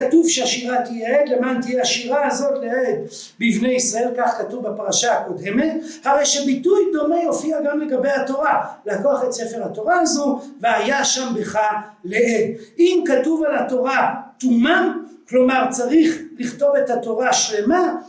כתוב שהשירה תהיה עד למען תהיה השירה הזאת לעד בבני ישראל כך כתוב בפרשה הקודמת הרי שביטוי דומה יופיע גם לגבי התורה לקוח את ספר התורה הזו והיה שם בך לעד אם כתוב על התורה תומם כלומר צריך לכתוב את התורה שלמה